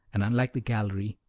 and, unlike the gallery,